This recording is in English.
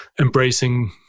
embracing